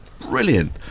brilliant